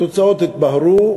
התוצאות התבהרו,